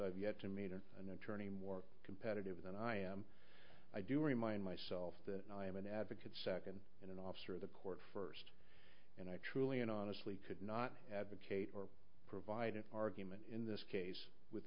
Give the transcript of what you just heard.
have yet to meet or an attorney more competitive than i am i do remind myself that i am an advocate second and serve the court first and i truly and honestly could not advocate or provide an argument in this case with